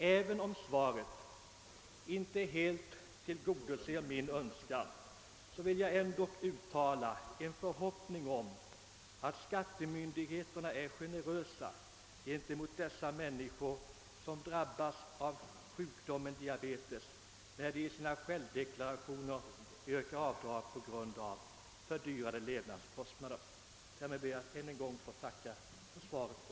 Även om svaret inte helt tillgodoser mina önskemål vill jag uttala förhoppningen, att skattemyndigheterna skall vara generösa när de behandlar självdeklarationer med yrkande om avdrag på grund av fördyrade levnadskostnader från personer som drabbats av sjukdomen diabetes. Jag ber än en gång att få tacka för svaret.